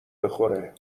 بخوره